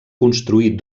construir